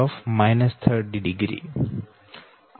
આ સમીકરણ 4 છે